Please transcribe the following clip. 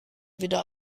wieder